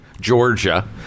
Georgia